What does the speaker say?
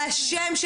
אף אחד מכם לא היה